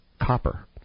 copper